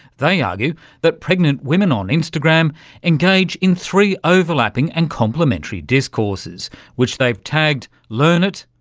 they argue that pregnant women on instagram engage in three overlapping and complimentary discourses which they've tagged learn it,